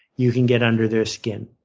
you can get under their skin.